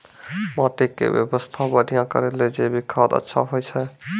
माटी के स्वास्थ्य बढ़िया करै ले जैविक खाद अच्छा होय छै?